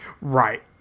right